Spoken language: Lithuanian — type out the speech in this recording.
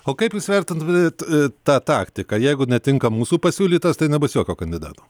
o kaip jūs vertintumėt tą taktiką jeigu netinka mūsų pasiūlytas tai nebus jokio kandidato